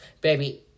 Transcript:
Baby